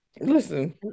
Listen